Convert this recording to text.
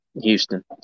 Houston